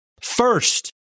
first